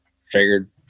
figured